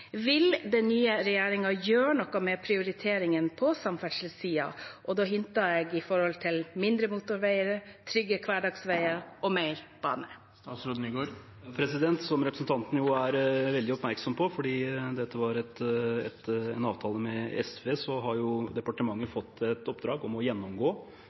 Vil den nye regjeringen gjøre noe med prioriteringene på samferdselssiden – og da hinter jeg til mindre motorveier, trygge hverdagsveier og mer bane? Som representanten er veldig oppmerksom på fordi dette var en avtale med SV, har departementet fått et oppdrag om å gjennomgå